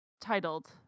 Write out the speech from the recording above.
Titled